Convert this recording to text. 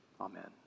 Amen